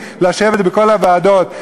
לשבת בכל הוועדות,